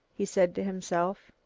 he said to himself.